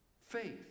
faith